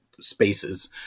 spaces